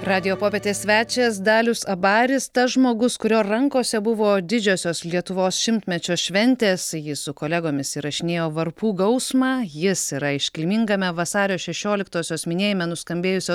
radijo popietės svečias dalius abaris tas žmogus kurio rankose buvo didžiosios lietuvos šimtmečio šventės jis su kolegomis įrašinėjo varpų gausmą jis yra iškilmingame vasario šešioliktosios minėjime nuskambėjusios